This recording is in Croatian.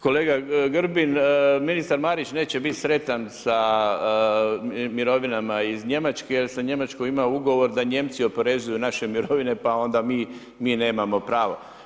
Kolega Grbin, ministar Marić neće biti sretan sa mirovinama iz Njemačke jer sa Njemačkom ima ugovor da Nijemci oporezuju naše mirovine pa onda mi nemamo pravo.